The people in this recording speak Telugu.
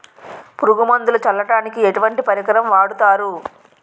పురుగు మందులు చల్లడానికి ఎటువంటి పరికరం వాడతారు?